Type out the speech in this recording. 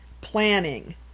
planning